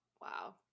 wow